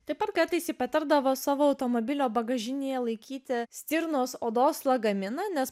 taip pat kartais patardavo savo automobilio bagažinėje laikyti stirnos odos lagaminą nes